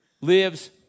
lives